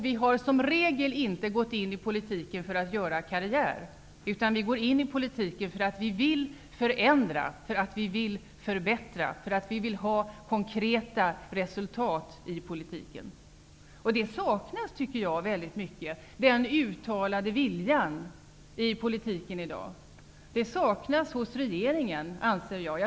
Vi har som regel inte gått in i politiken för att göra karriär, utan vi går in i politiken för att vi vill förändra, förbättra och få konkreta resultat i politiken. Enligt min mening saknas i politiken i dag i stor utsträckning den uttalade viljan, och den saknas hos regeringen.